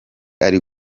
ari